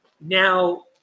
now